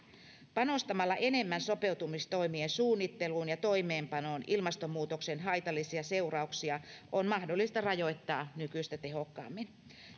panostamalla enemmän sopeutumistoimien suunnitteluun ja toimeenpanoon ilmastonmuutoksen haitallisia seurauksia on mahdollista rajoittaa nykyistä tehokkaammin